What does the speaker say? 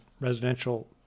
residential